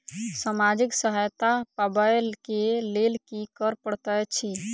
सामाजिक सहायता पाबै केँ लेल की करऽ पड़तै छी?